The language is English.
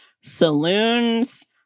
Saloons